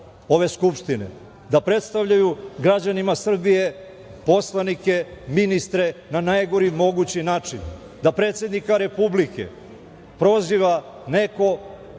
da predstavljaju građanima Srbije poslanike, ministre na najgori mogući način, da predsednika Republike proziva neko